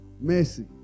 Mercy